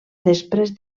després